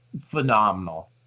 phenomenal